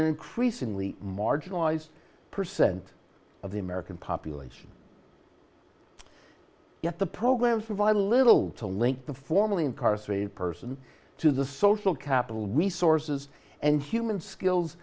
increasingly marginalized percent of the american population yet the programs provide a little to link the formerly incarcerated person to the social capital resources and human skills